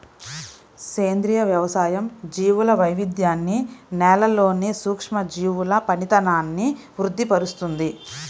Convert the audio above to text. సేంద్రియ వ్యవసాయం జీవుల వైవిధ్యాన్ని, నేలలోని సూక్ష్మజీవుల పనితనాన్ని వృద్ది పరుస్తుంది